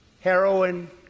heroin